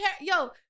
yo